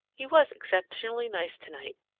he was exceptionally nice tonight.